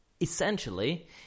essentially